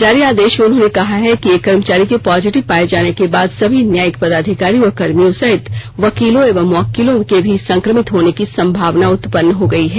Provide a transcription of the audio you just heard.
जारी आदेश में उन्होंने कहा है कि एक कर्मचारी के पॉजिटिव पाए जाने के बाद सभी न्यायिक पदाधिकारी व कर्मियों सहित वकीलों एवं मुवक्किलों के भी संक्रमित होने की संभावना उत्पन्न हो गई है